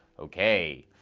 okay.